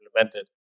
implemented